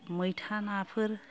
मैथा नाफोर